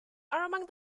among